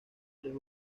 tres